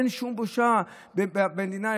אין שום בושה במדינה,